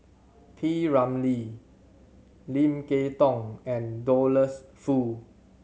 P Ramlee Lim Kay Tong and Douglas Foo